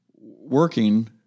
working